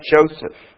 Joseph